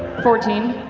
fourteen.